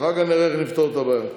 אחר כך נראה איך נפתור את הבעיה.